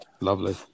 Lovely